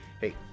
Hey